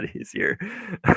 easier